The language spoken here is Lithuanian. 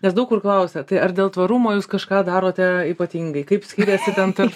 nes daug kur klausia tai ar dėl tvarumo jūs kažką darote ypatingai kaip skiriasi ten tarp